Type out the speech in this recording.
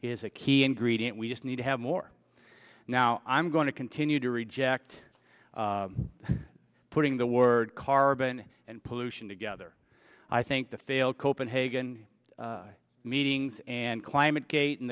is a key ingredient we just need to have more now i'm going to continue to reject putting the word carbon and pollution together i think the failed copenhagen meetings and climate gate and